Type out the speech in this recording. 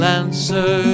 answer